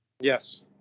Yes